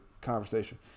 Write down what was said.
conversation